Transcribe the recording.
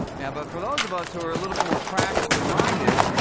now, but for those of us who are a little bit more practically minded,